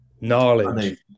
Knowledge